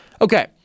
Okay